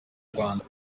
rwanda